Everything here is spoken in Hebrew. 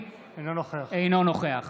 אינו נוכח